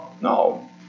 no